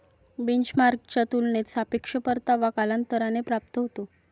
बेंचमार्कच्या तुलनेत सापेक्ष परतावा कालांतराने प्राप्त होतो